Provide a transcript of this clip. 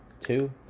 Two